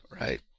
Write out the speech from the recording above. right